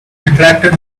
retracted